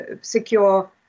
secure